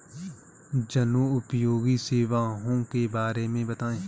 जनोपयोगी सेवाओं के बारे में बताएँ?